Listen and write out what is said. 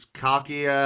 cocky